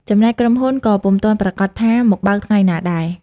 ចំណែកក្រុមហ៊ុនក៏ពុំទាន់ប្រាកដថា មកបើកថ្ងៃណាដែរ ។